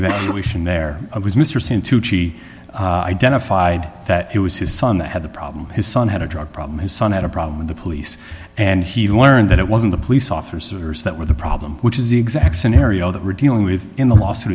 evaluation there was mr c in tucci identified that it was his son that had the problem his son had a drug problem his son had a problem with the police and he learned that it wasn't the police officers that were the problem which is the exact scenario that we're dealing with in the lawsuit